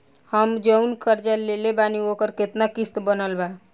हम जऊन कर्जा लेले बानी ओकर केतना किश्त बनल बा?